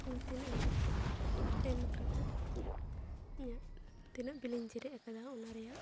ᱤᱧ ᱛᱤᱱᱟᱹᱜ ᱤᱧ ᱮᱢ ᱟᱠᱟᱫᱟ ᱤᱧᱟᱹᱜ ᱛᱤᱱᱟᱹᱜ ᱵᱤᱞ ᱤᱧ ᱡᱮᱨᱮᱫ ᱟᱠᱟᱫᱟ ᱚᱱᱟ ᱨᱮᱭᱟᱜ